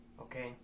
Okay